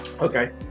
Okay